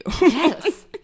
Yes